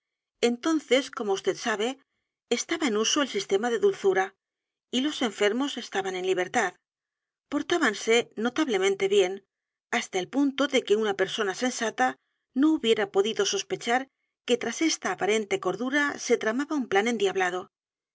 entonces como vd sabe estaba en uso el sistema de dulzura y los enfermos estaban en libertad portábanse notablemente bien hasta el punto de que una persona sensata no hubiera podido sospechar que tras esta aparente cordura se tramaba un plan endiablado